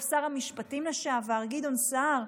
גם שר המשפטים לשעבר גדעון סער,